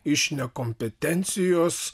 iš nekompetencijos